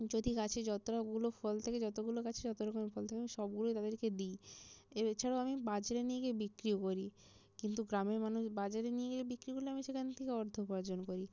যদি গাছে যতগুলো ফল থাকে যতগুলো গাছে যত রকমের ফল থাকে আমি সবগুলোই তাদেরকে দিই এছাড়াও আমি বাজারে নিয়ে গিয়ে বিক্রিও করি কিন্তু গ্রামের মানুষ বাজারে নিয়ে গিয়ে বিক্রি করলে আমি সেখান থেকে অর্থ উপার্জন করি